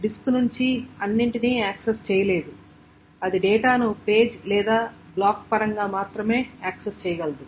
OS disk నుండి అన్నింటినీ access చేయలేదు అది డేటాను పేజ్ లేదా బ్లాక్ పరంగా మాత్రమే యాక్సెస్ చేయగలదు